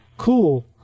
cool